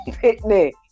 picnic